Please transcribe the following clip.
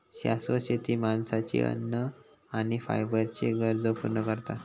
शाश्वत शेती माणसाची अन्न आणि फायबरच्ये गरजो पूर्ण करता